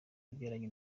yabyaranye